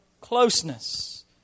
Closeness